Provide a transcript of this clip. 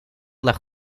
lag